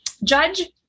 Judge